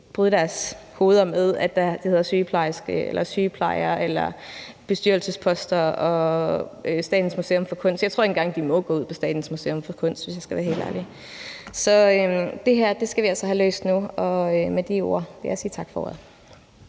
hedder sygeplejerske eller sygeplejer, eller med bestyrelsesposter og Statens Museum for Kunst. Jeg tror ikke engang, de må gå på Statens Museum for Kunst, hvis jeg skal være helt ærlig. Så det her skal vi altså have løst nu, og med de ord vil jeg sige tak for